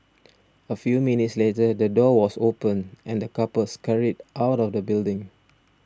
a few minutes later the door was opened and the couple scurried out of the building